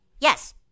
Yes